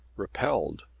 repelled,